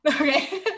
Okay